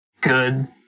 good